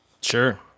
Sure